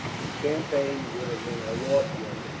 the campaign would have been a lost one,